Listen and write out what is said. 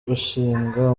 gushinga